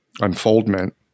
unfoldment